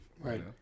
Right